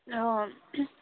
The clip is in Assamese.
অঁ